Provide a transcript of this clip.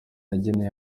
yageneye